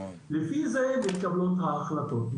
לפי זה מתקבלות ההחלטות.